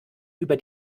über